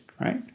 right